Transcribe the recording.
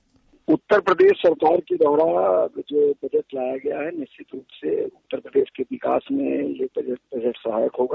bite Uttar Pradesh सरकार के द्वारा यह बजट लाया गया है निश्चित रूप से उत्तर प्रदेश के विकास में यह बजट सहायक होगा